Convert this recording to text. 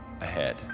ahead